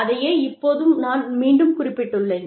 அதையே இப்போதும் நான் மீண்டும் குறிப்பிட்டுள்ளேன்